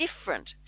different